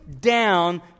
down